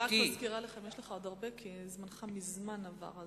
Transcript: מזכירה לך, אם יש לך עוד הרבה, שזמנך מזמן עבר.